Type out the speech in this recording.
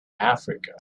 africa